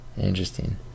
interesting